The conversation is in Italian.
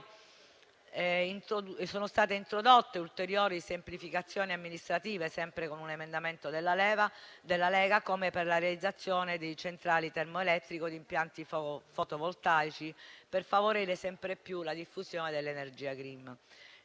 Sono state poi introdotte ulteriori semplificazioni amministrative, sempre con un emendamento della Lega, come per la realizzazione di centrali termoelettriche e di impianti fotovoltaici per favorire sempre più la diffusione dell'energia *green*.